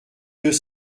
deux